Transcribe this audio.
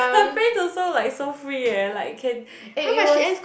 her friends also like so free eh like can and it was